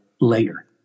later